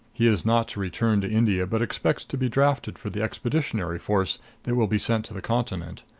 he is not to return to india, but expects to be drafted for the expeditionary force that will be sent to the continent.